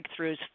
breakthroughs